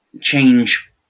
change